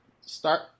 start